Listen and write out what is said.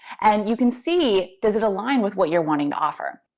and you can see does it align with what you're wanting to offer.